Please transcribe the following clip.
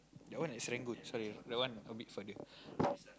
that one at Serangoon sorry that one a bit further